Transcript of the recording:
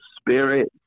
spirit